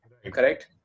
Correct